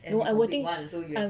no I will think I